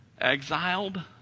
exiled